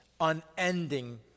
unending